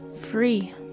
free